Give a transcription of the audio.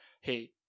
hey